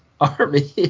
army